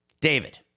David